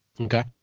Okay